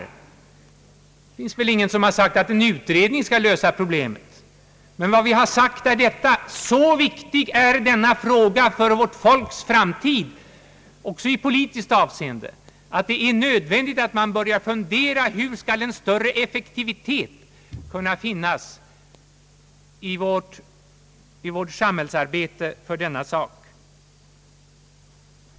Det finns väl ingen som har sagt att en utredning skall lösa detta problem, men vad vi har sagt är att detta är en så viktig fråga för vårt folks framtid också i politiskt avseende att det är nödvändigt att man börjar fundera över hur en större effektivitet skall kunna uppnås i vårt samhällsarbete för denna sak.